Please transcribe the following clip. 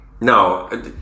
No